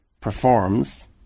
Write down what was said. performs